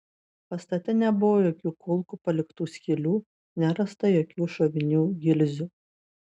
pastate nebuvo jokių kulkų paliktų skylių nerasta jokių šovinių gilzių